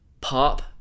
pop